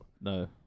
No